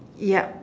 yup